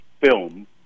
film